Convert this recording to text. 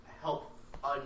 help